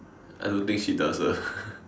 I don't think she does lah